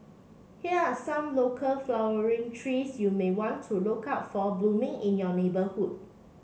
here are some local flowering trees you may want to look out for blooming in your neighbourhood